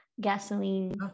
gasoline